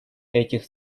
этих